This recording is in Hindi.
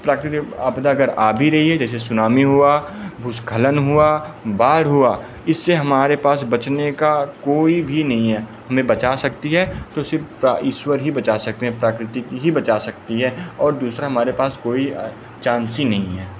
प्राकृतिक आपदा अगर आ भी रही है जैसे सुनामी हुआ भूस्खलन हुआ बाढ़ हुआ इससे हमारे पास बचने का कोई भी नहीं है हमें बचा सकती है तो सिर्फ प्रा ईश्वर ही बचा सकते हैं प्राकृतिक ही बचा सकती है और दूसरा हमारे पास कोई चांस ही नहीं है